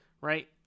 right